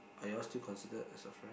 are you all still considered as a friend